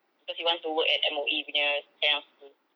because he wants to work at M_O_E punya kind of school